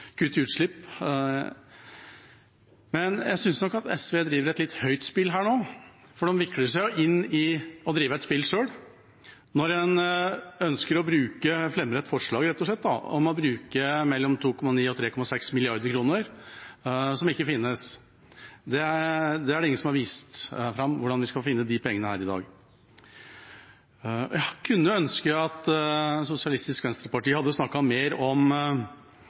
utslipp, men jeg synes nok at SV driver et litt høyt spill her nå. For de vikler seg jo inn i å drive et spill selv når de fremmer et forslag, rett og slett, om å bruke mellom 2,9 og 3,6 mrd. kr, som ikke finnes. Det er ingen som har vist fram her i dag hvordan vi skal finne de pengene. Det er jo en stor økonomisk risiko her, og det er den alle har forholdt seg til, at